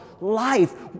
life